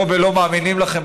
לא: לא מאמינים לכם,